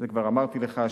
את זה כבר אמרתי לך,